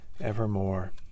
evermore